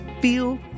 feel